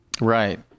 Right